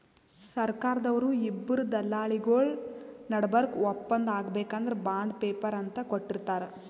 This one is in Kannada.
ಸರ್ಕಾರ್ದವ್ರು ಇಬ್ಬರ್ ದಲ್ಲಾಳಿಗೊಳ್ ನಡಬರ್ಕ್ ಒಪ್ಪಂದ್ ಆಗ್ಬೇಕ್ ಅಂದ್ರ ಬಾಂಡ್ ಪೇಪರ್ ಅಂತ್ ಕೊಟ್ಟಿರ್ತಾರ್